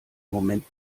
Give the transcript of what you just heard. moment